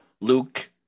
Luke